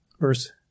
Verse